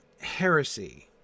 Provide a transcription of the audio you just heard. heresy